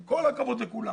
עם כל הכבוד לכולם.